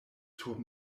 sur